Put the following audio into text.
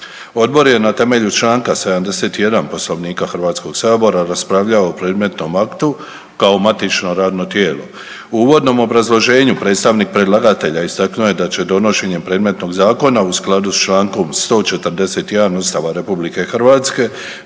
Odbor je na temelju čl. 71 Poslovnika HS-a raspravljao o predmetnom aktu, kao matično radno tijelo. U uvodnom obrazloženju predstavnik predlagatelja istaknuo je da će donošenje predmetnog zakona u skladu s čl. 141 Ustava RH biti